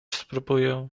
spróbuję